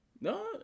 No